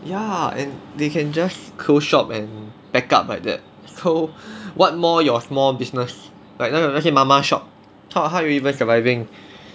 ya and they can just close shop and pack up like that so what more your small business like 那种那些 mama shop !wah! how they even surviving